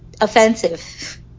offensive